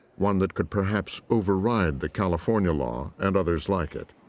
one that could perhaps override the california law and others like it.